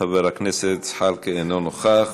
חבר הכנסת עמר בר-לב אינו נוכח,